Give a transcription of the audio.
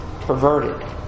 perverted